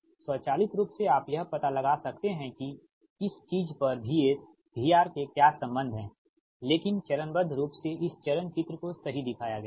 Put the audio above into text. स्वचालित रूप से आप यह पता लगा सकते हैं कि इस चीज़ पर VS VR के क्या संबंध हैं लेकिन चरणबद्ध रूप से इस चरण चित्र को सही दिखाया गया है